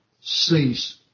cease